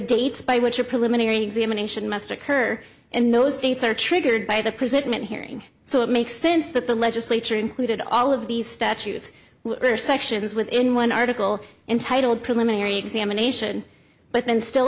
dates by which a preliminary examination must occur in those states are triggered by the president hearing so it makes sense that the legislature included all of these statutes or sections within one article entitled preliminary examination but then still